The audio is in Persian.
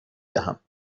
دهم